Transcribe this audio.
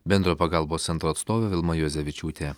bendrojo pagalbos centro atstovė vilma juozevičiūtė